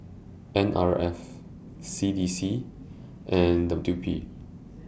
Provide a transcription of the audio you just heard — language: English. N R F C D C and W P